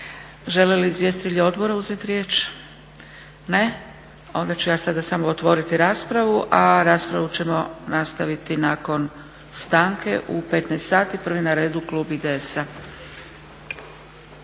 Žele li izvjestitelji odbora uzeti riječ? Ne. Onda ću ja sada samo otvoriti raspravu, a raspravu ćemo nastaviti nakon stanke u 15,00 sati. Prvi na redu klub IDS-a.